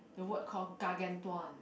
the word called gargantuan